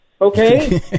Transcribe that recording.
okay